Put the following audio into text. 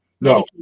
No